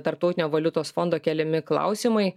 tarptautinio valiutos fondo keliami klausimai